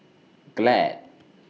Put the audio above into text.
Glad